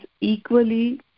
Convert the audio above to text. equally